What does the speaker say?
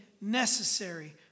necessary